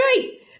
great